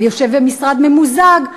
יושב במשרד ממוזג,